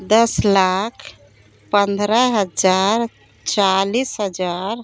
दस लाख पंद्रह हज़ार चालीस हज़ार